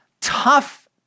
tough